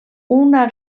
una